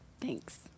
Thanks